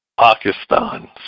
Pakistan